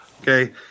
okay